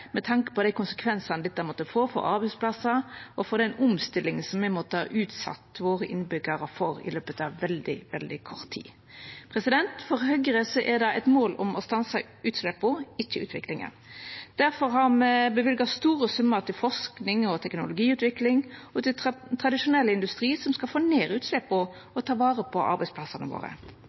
med tanke på dei konsekvensane dette måtte få for arbeidsplassar og for den omstillinga me måtte ha utsett innbyggjarane for i løpet av veldig kort tid. For Høgre er det eit mål å stansa utsleppa, ikkje utviklinga. Derfor har me løyvd store summar til forsking, teknologiutvikling og til tradisjonell industri som skal få ned utsleppa og ta vare på arbeidsplassane våre.